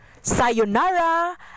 Sayonara